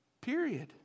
Period